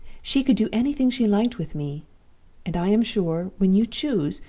she could do anything she liked with me and i am sure, when you choose,